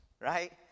right